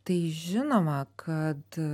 tai žinoma kad